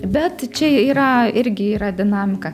bet čia yra irgi yra dinamika